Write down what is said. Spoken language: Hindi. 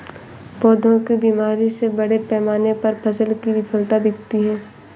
पौधों की बीमारी से बड़े पैमाने पर फसल की विफलता दिखती है